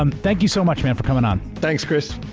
um thank you so much, man, for coming on. thanks chris.